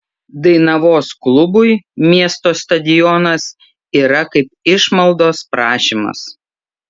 dainavos klubui miesto stadionas yra kaip išmaldos prašymas